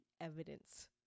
evidence